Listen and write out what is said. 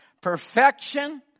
Perfection